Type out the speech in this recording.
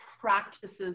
practices